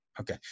Okay